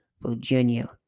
Virginia